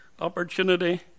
opportunity